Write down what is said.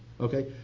Okay